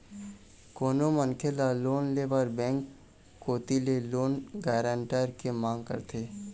कोनो मनखे ल लोन ले बर बेंक कोती ले लोन गारंटर के मांग करथे